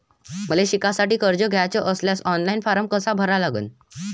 मले शिकासाठी कर्ज घ्याचे असल्यास ऑनलाईन फारम कसा भरा लागन?